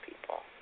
people